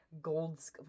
gold